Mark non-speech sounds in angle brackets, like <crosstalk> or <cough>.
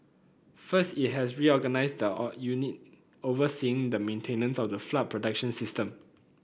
first it has reorganised the <unintelligible> unit overseeing the maintenance of the flood protection system